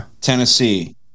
Tennessee